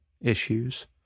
issues